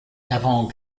avant